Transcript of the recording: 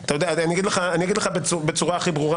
אגיד לך בצורה הכי ברורה